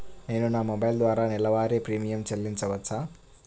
నేను నా మొబైల్ ద్వారా నెలవారీ ప్రీమియం చెల్లించవచ్చా?